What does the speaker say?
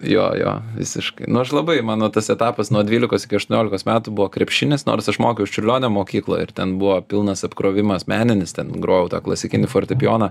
jo jo visiškai nu aš labai mano tas etapas nuo dvylikos iki aštuoniolikos metų buvo krepšinis nors aš mokiaus čiurlionio mokykloj ir ten buvo pilnas apkrovimas meninis ten grojau tą klasikinį fortepijoną